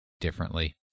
differently